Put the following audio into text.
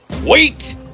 Wait